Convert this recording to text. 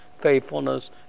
faithfulness